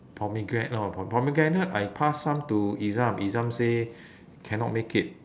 pomegra~ oh po~ pomegranate I passed some to izam izam say cannot make it